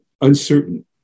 uncertain